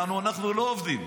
יענו, אנחנו לא עובדים,